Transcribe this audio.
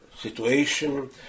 situation